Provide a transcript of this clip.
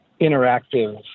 interactive